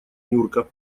нюрка